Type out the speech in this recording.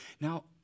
Now